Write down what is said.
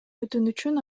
өтүнүчүн